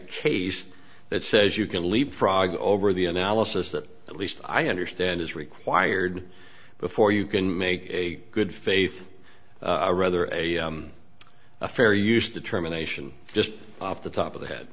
case that says you can leap frog over the analysis that at least i understand is required before you can make a good faith a rather a a fair use determination just off the top of the head